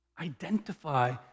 identify